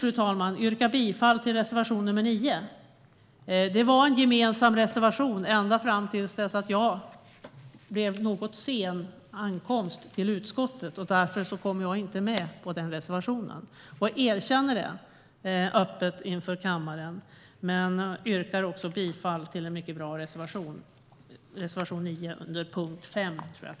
Jag vill yrka bifall till reservation 9. Det var en gemensam reservation ända fram till dess att jag kom lite sent till utskottet. Därför finns jag inte med på den reservationen. Jag erkänner det öppet inför kammaren. Men jag yrkar bifall till den mycket bra reservationen 9. Fru talman!